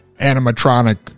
animatronic